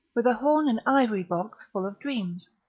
with a horn and ivory box full of dreams,